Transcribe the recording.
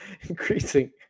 increasing